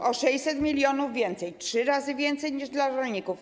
To o 600 mln więcej, trzy razy więcej niż dla rolników.